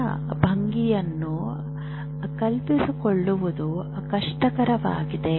ಸಂಪೂರ್ಣ ಭಂಗಿಯನ್ನು ಕಲ್ಪಿಸಿಕೊಳ್ಳುವುದು ಕಷ್ಟಕರವಾಗಿದೆ